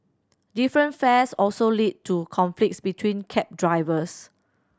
different fares also lead to conflict between cab drivers